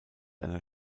einer